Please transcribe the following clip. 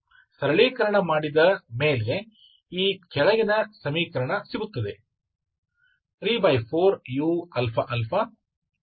ಸರಳೀಕರಣ ಮಾಡಿದ ಮೇಲೆ ಈ ಕೆಳಗಿನ ಸಮೀಕರಣ ಸಿಗುತ್ತದೆ